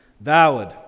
valid